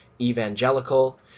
evangelical